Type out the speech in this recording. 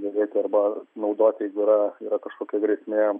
dėvėti arba naudoti jeigu yra yra kažkokia grėsmė